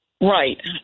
Right